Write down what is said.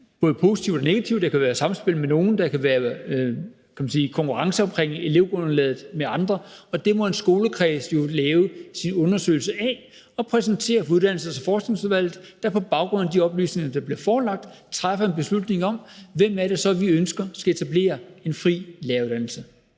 både positivt og negativt. Der kan være et samspil med nogle, og der kan være, kan man sige, konkurrence omkring elevgrundlaget med andre. Det må en skolekreds jo lave sin undersøgelse af og præsentere det for Uddannelses- og Forskningsudvalget, der på baggrund af de oplysninger, der bliver forelagt, træffer en beslutning om, hvem det så er, vi ønsker skal etablere en fri læreruddannelse.